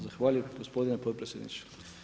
Zahvaljujem gospodin potpredsjedniče.